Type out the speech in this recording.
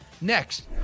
Next